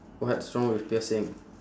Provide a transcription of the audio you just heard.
what's wrong with piercing